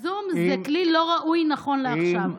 הזום זה כלי לא ראוי, נכון לעכשיו.